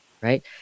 right